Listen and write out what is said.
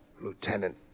Lieutenant